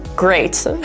great